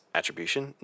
Attribution